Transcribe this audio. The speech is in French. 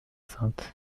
sainte